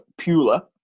Pula